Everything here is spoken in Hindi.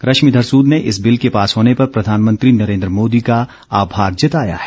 रश्मिधर सूद ने इस बिल के पास होने पर प्रधानमंत्री नरेन्द्र मोदी का आभार जताया है